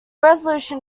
resolution